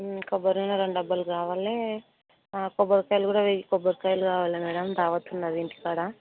కొబ్బరి నూనె రెండు డబ్బాలు కావాలి కొబ్బరికాయలు కూడా వెయ్యి కొబ్బరికాయలు కావాలి మ్యాడమ్ దావత్ ఉన్నది ఇంటికాడ